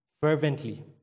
fervently